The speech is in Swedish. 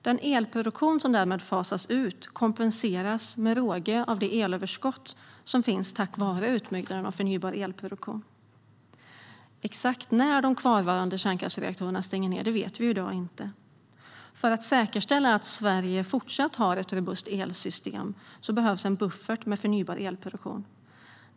Den elproduktion som därmed fasas ut kompenseras med råge av det elöverskott som finns tack vare utbyggnaden av förnybar elproduktion. Exakt när de kvarvarande reaktorerna stänger ned vet vi i dag inte. För att säkerställa att Sverige fortsatt har ett robust elsystem behövs en buffert med förnybar elproduktion.